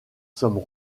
sommes